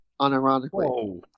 unironically